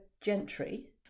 gentry